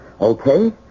Okay